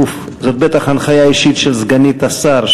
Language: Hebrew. זאת בטח הנחיה אישית של סגנית השר,